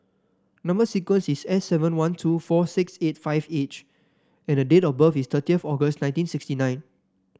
number sequence is S seven one two four six eight five H and the date of birth is thirty of August nineteen sixty nine